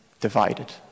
divided